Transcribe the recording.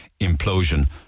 implosion